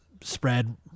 spread